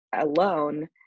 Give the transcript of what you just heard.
alone